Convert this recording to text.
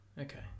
okay